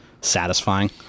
satisfying